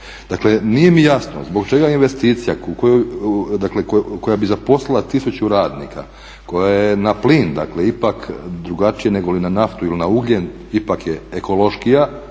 Dakle, nije mi jasno zbog čega investicija koja bi zaposlila tisuću radnika, koja je na plin dakle ipak drugačije negoli na naftu ili na ugljen ipak je ekološkija